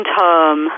term